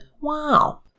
Wow